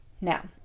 Now